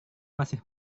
masih